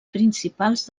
principals